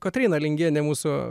kotryna lingienė mūsų